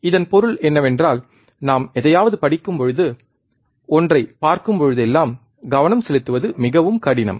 இதன் பொருள் என்னவென்றால் நாம் எதையாவது படிக்கும் பொழுது ஒன்றைப் பார்க்கும்போதெல்லாம் கவனம் செலுத்துவது மிகவும் கடினம்